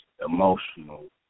emotional